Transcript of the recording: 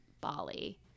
Bali